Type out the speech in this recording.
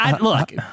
look